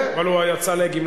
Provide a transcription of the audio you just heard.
כן, אבל הוא יצא לגמלאות.